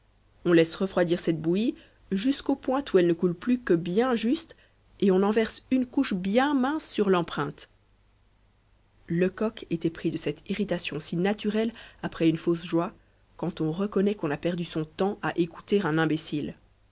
on laisse refroidir cette bouillie jusqu'au point où elle ne coule plus que bien juste et on en verse une couche bien mince sur l'empreinte lecoq était pris de cette irritation si naturelle après une fausse joie quand on reconnaît qu'on a perdu son temps à écouter un imbécile